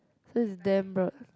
this is damn broad